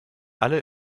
alle